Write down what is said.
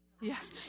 Yes